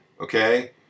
Okay